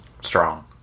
strong